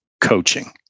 coaching